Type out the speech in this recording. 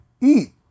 Eat